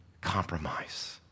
compromise